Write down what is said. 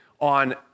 on